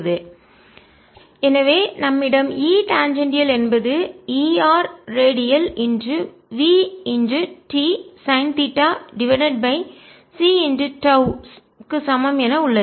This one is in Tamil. ErEttan cτd dvtsin θ dvtsin ErEtcτvtsin EtErvtsin cτ எனவே நம்மிடம் E டாஞ்சேண்டியால் என்பது E radial v t sine theta divided by c τ சமம் என உள்ளது